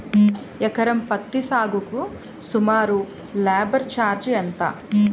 ఎకరం పత్తి సాగుకు సుమారు లేబర్ ఛార్జ్ ఎంత?